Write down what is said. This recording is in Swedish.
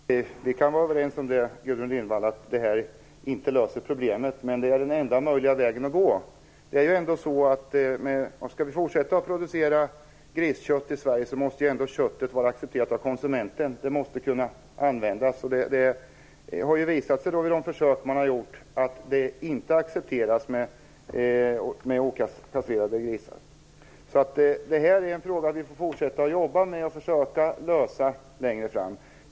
Fru talman! Vi kan vara överens om att det här inte löser problemet, Gudrun Lindvall, men det är den enda möjliga vägen att gå. Skall vi fortsätta att producera griskött i Sverige måste köttet vara accepterat av konsumenten. Det måste kunna användas. Det har visat sig vid de försök som gjorts att kött från okastrerade grisar inte accepteras. Det här är en fråga som vi får fortsätta att jobba med och försöka att lösa längre fram.